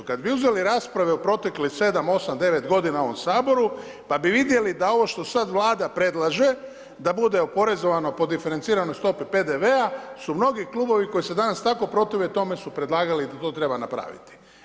Kada bi uzeli rasprave od proteklih 7-8-9 g. u ovom Saboru, pa bi vidjeli da ovo što sada Vlada predlaže, da bude oporezovano po diferenciranoj stopi PDV-a su mnogi klubovi koji se danas tako protive tome, su predlagali da to treba napraviti.